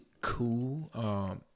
cool